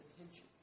attention